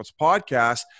podcast